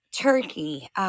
Turkey